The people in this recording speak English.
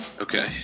okay